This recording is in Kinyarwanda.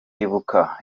ibuka